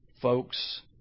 folks